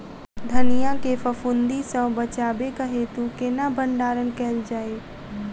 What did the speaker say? धनिया केँ फफूंदी सऽ बचेबाक हेतु केना भण्डारण कैल जाए?